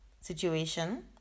situation